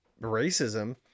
racism